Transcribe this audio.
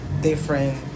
different